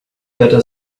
better